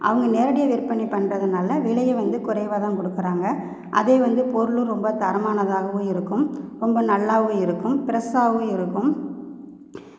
அவங்க நேரடியாக விற்பனை பண்ணுறதுனால விலையை வந்து குறைவாக தான் கொடுக்குறாங்க அதே வந்து பொருளும் ரொம்ப தரமானதாகவும் இருக்கும் ரொம்ப நல்லாவும் இருக்கும் ப்ரெஷாவும் இருக்கும்